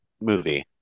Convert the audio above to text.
movie